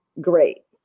great